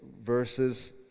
verses